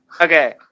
Okay